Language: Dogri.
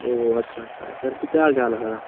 ओह् अच्छा अच्छा सर जी केह् हाल चाल ऐ थुआढ़ा